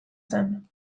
zen